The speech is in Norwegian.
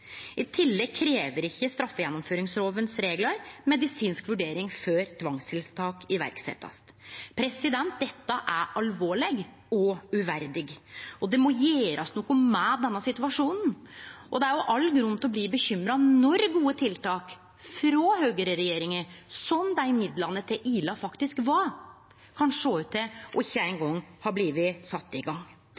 I tillegg krev ikkje reglane i straffegjennomføringslova medisinsk vurdering før tvangstiltak blir sette i verk. Dette er alvorleg og uverdig. Det må gjerast noko med denne situasjonen. Det er all grunn til å bli bekymra når gode tiltak frå høgreregjeringa, som dei midlane til Ila faktisk var, kan sjå ut til ikkje eingong å ha blitt sette i gang.